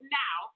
now